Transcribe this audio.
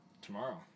tomorrow